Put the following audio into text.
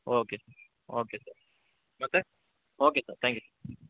okay okay sir ಮತ್ತೆ okay sir thank you